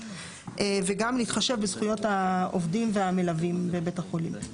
וגם להתחשב בזכויות העובדים והמלווים בבית החולים.